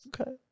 Okay